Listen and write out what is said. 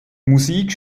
musik